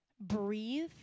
breathe